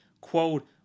quote